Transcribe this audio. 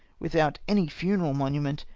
without any funeral monument,